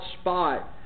spot